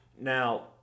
Now